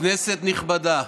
כנסת נכבדה,